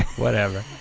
whatever.